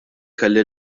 kelli